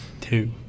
Two